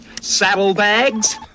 Saddlebags